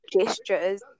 gestures